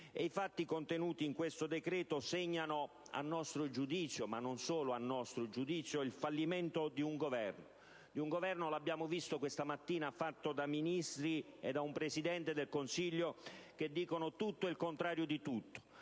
i fatti contenuti in questo decreto-legge segnano a nostro giudizio, ma non solo al nostro, il fallimento di un Governo. Un Governo - lo abbiamo visto questa mattina - fatto da Ministri e da un Presidente del Consiglio che dicono tutto e il contrario di tutto.